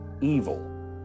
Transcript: evil